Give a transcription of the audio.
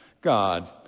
God